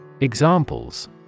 Examples